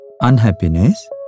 Unhappiness